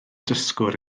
dysgwr